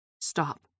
Stop